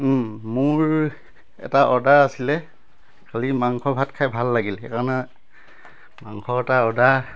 মোৰ এটা অৰ্ডাৰ আছিলে কালি মাংস ভাত খাই ভাল লাগিল সেইকাৰণে মাংসৰ এটা অৰ্ডাৰ